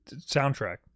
soundtrack